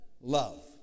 love